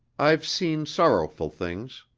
i've seen sorrowful things.